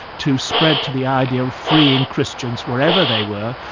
to spread to the idea of freeing christians wherever they were,